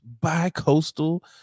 bi-coastal